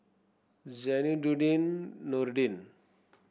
Zainudin Nordin